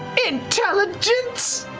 intelligence?